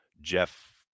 Jeff